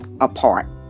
apart